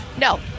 No